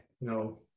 No